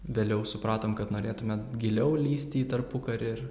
vėliau supratom kad norėtume giliau lįsti į tarpukarį ir